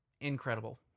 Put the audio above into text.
Incredible